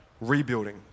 rebuilding